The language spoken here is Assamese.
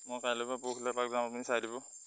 মই কাইলৈ বা পৰহিলৈ এপাক যাম আপুনি চাই দিব